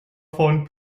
von